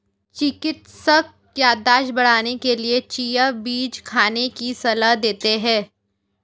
चिकित्सक याददाश्त बढ़ाने के लिए चिया बीज खाने की सलाह देते हैं